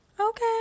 Okay